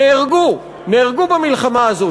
נהרגו במלחמה הזאת,